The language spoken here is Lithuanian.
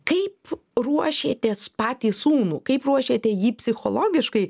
kaip ruošėtės patį sūnų kaip ruošėte jį psichologiškai